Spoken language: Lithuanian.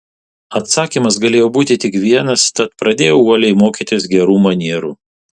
atsakymas galėjo būti tik vienas tad pradėjau uoliai mokytis gerų manierų